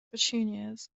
petunias